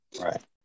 Right